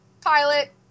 Pilot